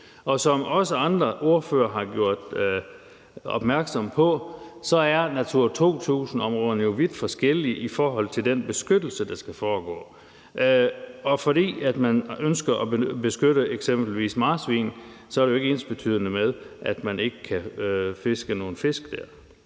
som også andre ordførere har gjort opmærksom på, er Natura 2000-områderne jo vidt forskellige i forhold til den beskyttelse, der skal foregå. Fordi man ønsker at beskytte eksempelvis marsvin, er det jo ikke ensbetydende med, at man ikke kan fange nogle fisk dér.